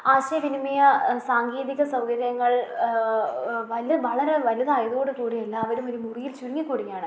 ആശയവിനിമയ സാങ്കേതിക സൗകര്യങ്ങൾ വലിയ വളരെ വലുതായതോടുകൂടി എല്ലാവരും ഒരു മുറിയിൽ ചുരുങ്ങിക്കൂടുകയാണ്